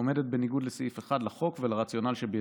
עומדת בניגוד לסעיף 1 לחוק ולרציונל שביסודו.